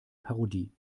parodie